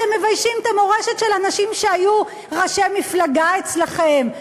אתם מביישים את המורשת של אנשים שהיו ראשי מפלגה אצלכם,